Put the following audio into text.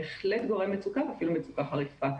בהחלט גורם מצוקה ואפילו מצוקה חריפה.